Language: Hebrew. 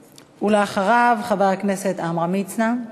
אחריו, חבר הכנסת עמרם מצנע.